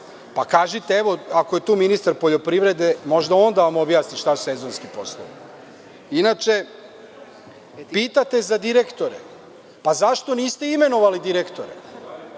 Pa kažite, evo ako je tu ministar poljoprivrede, možda da vam on objasni šta su sezonski poslovi. Pitate za direktore. Zašto niste imenovali direktore?